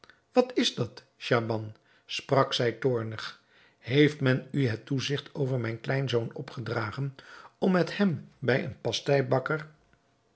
wat is dat schaban sprak zij toornig heeft men u het toezigt over mijn kleinzoon opgedragen om met hem bij een